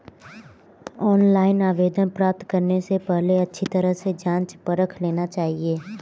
online आवेदन प्राप्त करने से पहले अच्छी तरह से जांच परख लेना चाहिए